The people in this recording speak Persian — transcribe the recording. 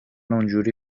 اونحوری